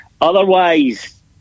otherwise